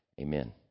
Amen